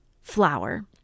flour